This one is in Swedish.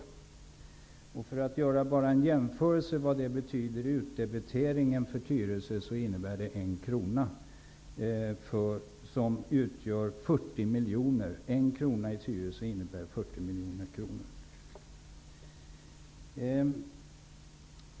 För jämförelse kan nämnas att en utdebitering av 1 kr i Tyresö utgör 40 miljoner.